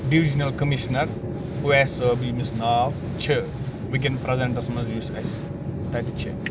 divisional commissioner Owais صٲب ییٚمِس ناو چھُ وُنٛکیٚن پرٛیٚزینٹَس مَنٛز یُس اسہِ تَتہِ چھُ